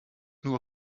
nur